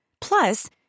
Plus